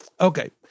Okay